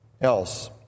else